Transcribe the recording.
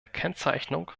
kennzeichnung